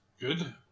good